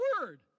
word